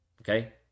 Okay